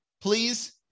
please